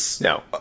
No